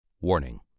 Warning